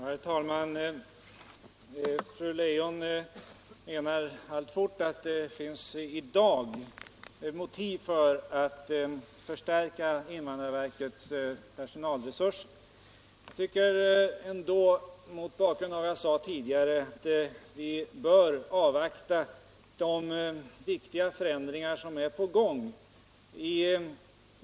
Herr talman! Fru Leijon menar att det i dag finns motiv för att förstärka invandrarverkets personalresurser. Mot bakgrund av vad jag sade tidigare tycker jag ändå att vi bör avvakta de viktiga förändringar som är på gång.